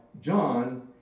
John